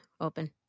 open